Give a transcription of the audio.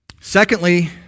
Secondly